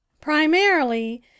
Primarily